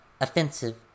offensive